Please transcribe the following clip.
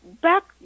back